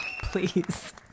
Please